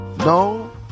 No